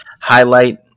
highlight